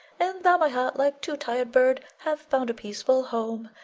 and thou, my heart, like to tired bird, hath found a peaceful home,